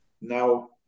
Now